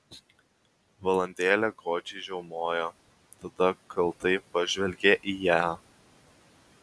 valandėlę godžiai žiaumojo tada kaltai pažvelgė į ją